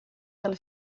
del